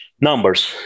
numbers